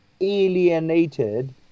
alienated